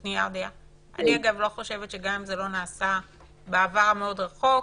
אני אגב לא חושבת שגם אם זה לא נעשה בעבר המאוד רחוק,